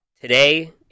today